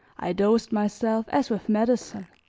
i dosed myself as with medicine,